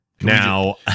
Now